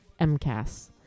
MCAS